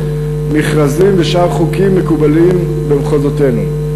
מכרזים ושאר חוקים מקובלים במחוזותינו.